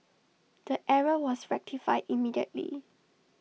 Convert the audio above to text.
the error was rectified immediately